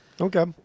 okay